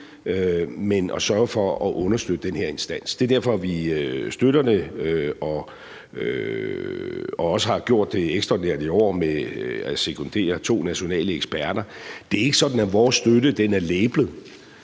men at sørge for at understøtte den her instans. Det er derfor, at vi støtter det og også har gjort det ekstraordinært i år ved at sekundere to nationale eksperter. Det er ikke sådan, at vores støtte er